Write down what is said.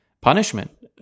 punishment